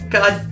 God